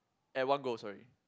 at one go sorry